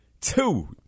two